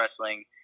wrestling